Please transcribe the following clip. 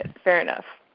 and fair enough.